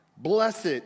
Blessed